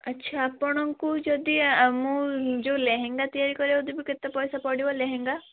ଆଚ୍ଛା ଆପଣଙ୍କୁ ଯଦି ମୁଁ ଯେଉଁ ଲେହେଙ୍ଗା ତିଆରି କରିବାକୁ ଦେବି କେତେ ପଇସା ପଡ଼ିବ ଲେହେଙ୍ଗା